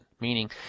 meaning